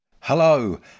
Hello